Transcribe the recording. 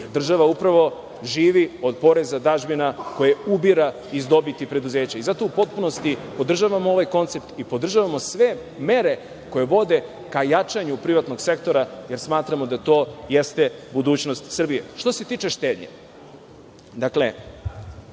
država upravo živi od poreza, dažbina koje ubira iz dobiti preduzeća. Zato u potpunosti podržavam ovaj koncept i podržavamo sve mere koje vode ka jačanju privatnog sektora, jer smatramo da to jeste budućnost Srbije. Što se tiče štednje,